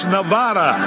Nevada